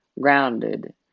grounded